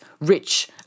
rich